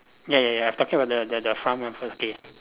ya ya ya I'm talking about the the the front one first gate